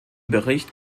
bericht